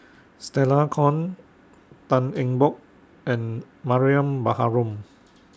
Stella Kon Tan Eng Bock and Mariam Baharom